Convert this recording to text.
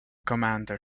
commander